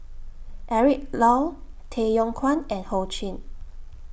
Eric Low Tay Yong Kwang and Ho Ching